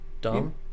Dumb